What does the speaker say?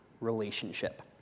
relationship